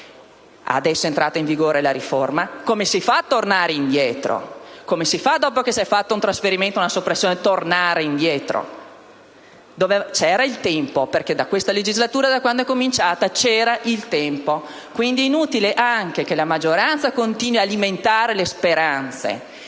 Adesso è entrata in vigore la riforma: come si fa a tornare indietro? Come si fa, dopo che si è fatto un trasferimento o una soppressione, a tornare indietro? C'era il tempo. Da quando è cominciata questa legislatura ad ora c'era il tempo, quindi è inutile che la maggioranza continui ad alimentare le speranze.